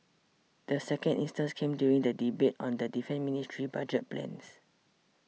the second instance came during the debate on the Defence Ministry's budget plans